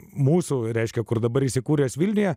mūsų reiškia kur dabar įsikūręs vilniuje